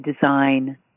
design